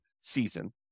season